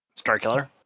Starkiller